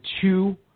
two